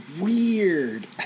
weird